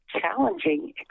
challenging